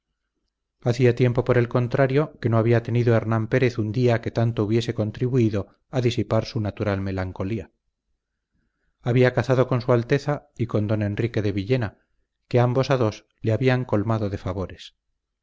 hacía tiempo por el contrario que no había tenido hernán pérez un día que tanto hubiese contribuido a disipar su natural melancolía había cazado con su alteza y con don enrique de villena que ambos a dos le habían colmado de favores